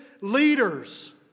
leaders